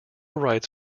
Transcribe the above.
rights